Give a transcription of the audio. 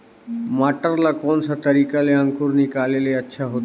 मटर ला कोन सा तरीका ले अंकुर निकाले ले अच्छा होथे?